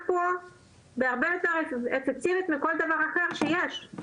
פה בהרבה יותר אפקטיבית מכל דבר אחר שיש,